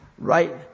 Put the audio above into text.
Right